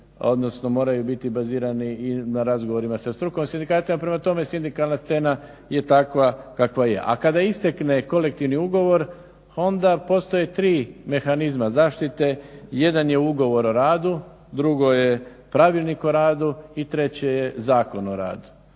odnosno moraju biti bazirani na razgovorima sa strukom sindikata. Prema tome sindikalna scena je takva kakva je, a kada istekne kolektivni ugovor onda postoje tri mehanizma zaštite, jedan je ugovor o radu, drugo je Pravilnik o radu i treće je Zakon o radu.